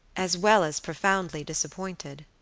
as well as profoundly disappointed.